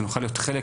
שנוכל להיות חלק,